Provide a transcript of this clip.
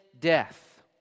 death